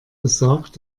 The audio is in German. gesagt